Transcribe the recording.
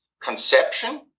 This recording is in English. conception